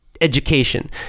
education